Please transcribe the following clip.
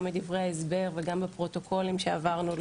גם בדברי ההסבר וגם בפרוטוקולים עליהם עברנו,